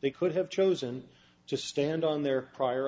they could have chosen to stand on their prior